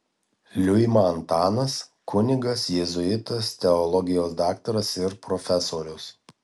liuima antanas kunigas jėzuitas teologijos daktaras ir profesorius